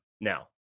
now